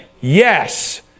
yes